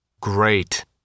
Great